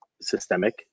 systemic